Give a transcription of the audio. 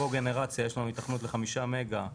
קוגנרציה יש לנו היתכנות לחמישה מגה,